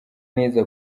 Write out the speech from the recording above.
neza